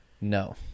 No